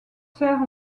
sert